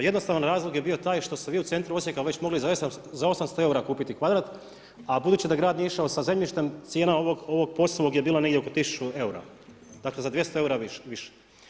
Jednostavan razlog je bio taj što se vi u centru Osijeku već mogli za 800 eura kupiti kvadrat, a budući da grad nije išao sa zemljištem cijena ovog POS-ovog je bila negdje oko tisuću eura, dakle za 200 eura više.